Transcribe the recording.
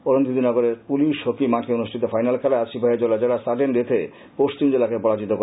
অরুন্ধুতিনগরের police hockey মাঠে অনুষ্ঠিত final খেলায় আজ সিপাহীজলা জেলা সাডেন ডেথ এ পশ্চিম জেলাকে পরাজিত করে